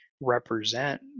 represent